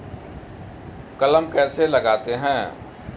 कलम कैसे लगाते हैं?